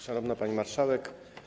Szanowna Pani Marszałek!